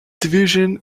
division